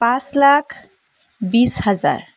পাঁচ লাখ বিছ হাজাৰ